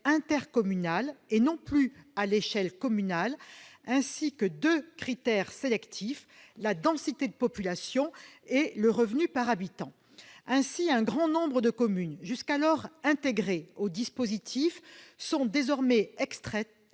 intercommunal, et non plus à l'échelle communale, ainsi que deux critères sélectifs, à savoir la densité de population et le revenu par habitant. Ainsi, un grand nombre de communes jusqu'alors intégrées au dispositif sont désormais exclues